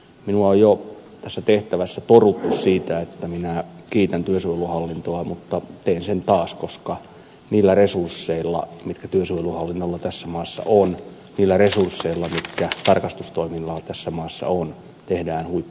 minua on jo tässä tehtävässä toruttu siitä että minä kiitän työsuojeluhallintoa mutta teen sen taas koska niillä resursseilla jotka työsuojeluhallinnolla tässä maassa on niillä resursseilla jotka tarkastustoiminnalla tässä maassa on tehdään huippuluokan työtä